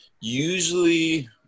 usually